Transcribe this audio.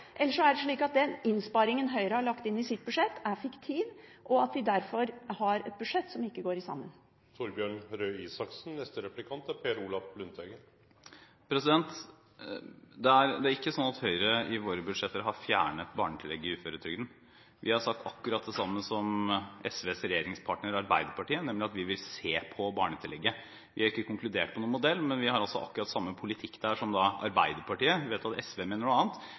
så er det slik at den innsparingen Høyre har lagt inn i sitt budsjett, er fiktiv, og at partiet derfor har et budsjett som ikke henger sammen. Det er ikke slik at Høyre i sine budsjetter har fjernet barnetillegget i uføretrygden. Vi har sagt akkurat det samme som SVs regjeringspartner Arbeiderpartiet, nemlig at vi vil se på barnetillegget. Vi har ikke konkludert med noen modell, men vi har akkurat samme politikk som Arbeiderpartiet. Jeg vet at SV mener noe annet,